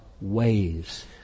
ways